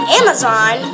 amazon